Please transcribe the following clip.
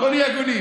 בואו נהיה הגונים.